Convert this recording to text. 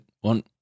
one